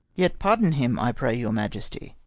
yet pardon him, i pray your majesty.